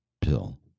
pill